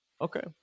Okay